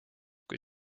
kui